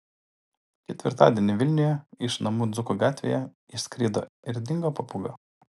ketvirtadienį vilniuje iš namų dzūkų gatvėje išskrido ir dingo papūga